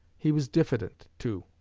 he was diffident, too.